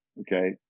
Okay